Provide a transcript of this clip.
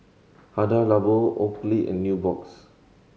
Hada Labo Oakley and Nubox